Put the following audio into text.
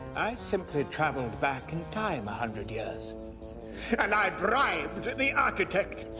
i simply travelled back in time a hundred years and i bribed the architect!